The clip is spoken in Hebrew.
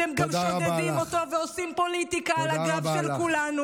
אתם גם שודדים אותו ועושים פוליטיקה על הגב של כולנו.